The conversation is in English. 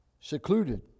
secluded